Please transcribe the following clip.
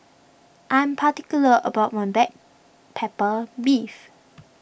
I am particular about my Black Pepper Beef